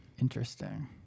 interesting